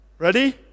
Ready